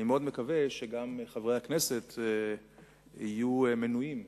אני מאוד מקווה שגם חברי הכנסת יהיו מנויים,